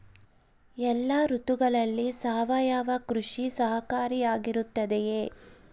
ಎಲ್ಲ ಋತುಗಳಲ್ಲಿ ಸಾವಯವ ಕೃಷಿ ಸಹಕಾರಿಯಾಗಿರುತ್ತದೆಯೇ?